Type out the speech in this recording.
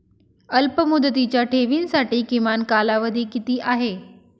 अल्पमुदतीच्या ठेवींसाठी किमान कालावधी किती आहे?